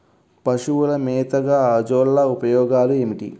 పశువుల మేతగా అజొల్ల ఉపయోగాలు ఏమిటి?